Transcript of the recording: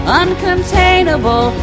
uncontainable